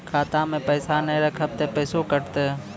खाता मे पैसा ने रखब ते पैसों कटते?